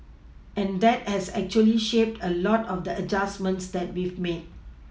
and that has actually shaped a lot of the adjustments that we've made